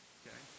okay